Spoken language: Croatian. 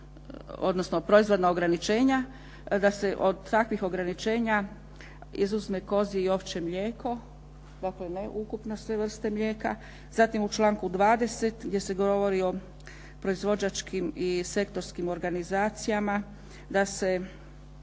odnosno proizvodna ograničenja, da se od takvih ograničenja izuzme kozje i ovčje mlijeko .../Govornica se ne razumije./... ukupno sve vrste mlijeka. Zatim, u članku 20. gdje se govori o proizvođačkim i sektorskim organizacijama da se